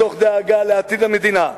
מתוך דאגה לעתיד המדינה,